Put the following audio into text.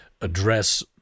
address